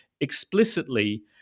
explicitly